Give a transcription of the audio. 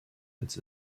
its